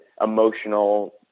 emotional